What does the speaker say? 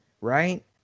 right